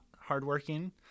hardworking